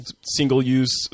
single-use